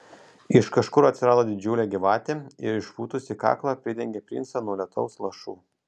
iš kažkur atsirado didžiulė gyvatė ir išpūtusi kaklą pridengė princą nuo lietaus lašų